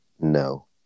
No